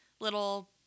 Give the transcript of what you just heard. little